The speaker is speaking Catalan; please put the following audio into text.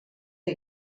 que